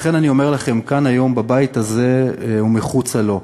לכן אני אומר לכם היום בבית הזה ומחוצה לו: